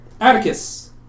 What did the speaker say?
Atticus